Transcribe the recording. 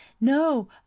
no